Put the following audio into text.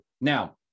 Now